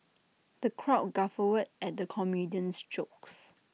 the crowd guffawed at the comedian's jokes